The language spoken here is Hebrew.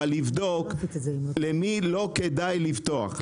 אבל לבדוק למי לא כדאי לפתוח.